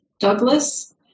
Douglas